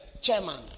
chairman